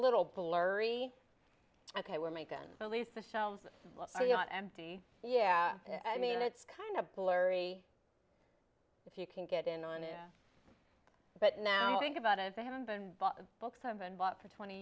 little blurry ok we're macon at least the shelves are not empty yeah i mean it's kind of blurry if you can get in on it but now think about it they haven't been bought books have been bought for twenty